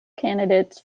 candidates